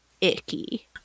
icky